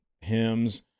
hymns